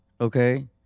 okay